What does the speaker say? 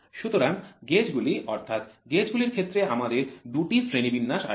সুতরাং গেজ গুলি অর্থাৎ গেজ গুলির ক্ষেত্রে আমাদের দুটি শ্রেণীবিন্যাস আছে